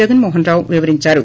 జగన్మోహన్ రావు వివరించారు